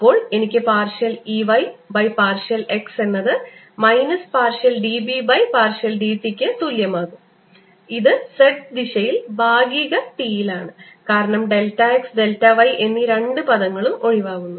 അപ്പോൾ എനിക്ക് partial E y by partial x എന്നത് minus partial d B by partial d t ക്ക് തുല്യമാകും ഇത് z ദിശയിൽ ഭാഗിക t യിലാണ് കാരണം ഡെൽറ്റ x ഡെൽറ്റ y എന്നീ രണ്ട് പദങ്ങളും ഒഴിവാക്കുന്നു